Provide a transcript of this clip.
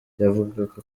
yavugaga